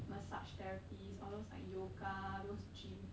massage therapies all those like yoga those gym